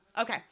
Okay